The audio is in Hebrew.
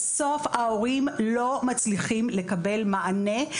בסוף ההורים לא מצליחים לקבל מענה.